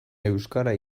euskara